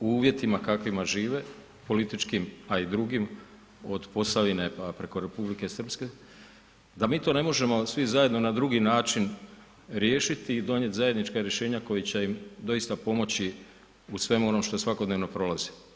u uvjetima kakvima žive, političkim a i drugim od Posavine pa preko republike Srpske da mi to ne možemo svi zajedno na drugi način riješiti i donijeti zajednička rješenja koja će im doista pomoći u svemu onom što svakodnevno prolaze.